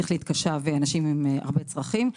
שכלית קשה ואנשים עם הרבה צרכים.